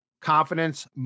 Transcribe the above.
confidence